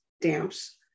damps